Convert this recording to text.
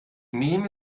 nehme